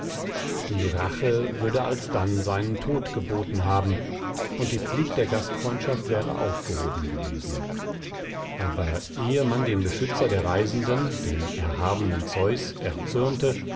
die rache würde alsdann seinen tod geboten haben und die pflicht der gastfreundschaft wäre aufgehoben gewesen aber ehe man den beschützer der reisenden den erhabenen zeus